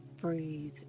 breathe